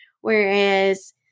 Whereas